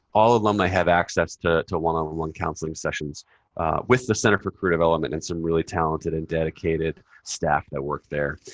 all alumni have access to to one-on-one counseling counseling sessions with the center for career development and some really talented and dedicated staff that work there.